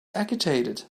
agitated